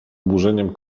oburzeniem